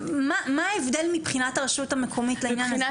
מה ההבדל מבחינת הרשות המקומית לעניין הזה?